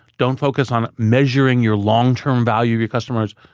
don't focus on measuring your long-term value, your customers.